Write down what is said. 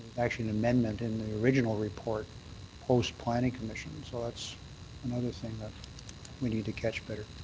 actually an amendment in the original report post-planning commission. so that's another thing that we need to catch better.